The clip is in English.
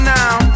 now